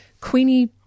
Queenie